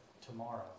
tomorrow